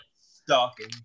stalking